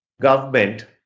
government